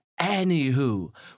Anywho